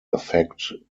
affect